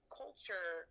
culture